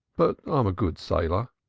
but i'm a good sailor.